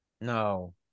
No